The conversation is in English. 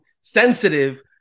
sensitive